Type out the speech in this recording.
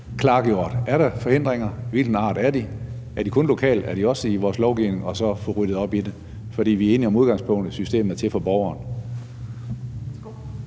altså om der er hindringer, af hvilken art de er, og om de kun er lokale eller også er i vores lovgivning, og så få ryddet op i det. For vi er enige om udgangspunktet: Systemet er til for borgerne.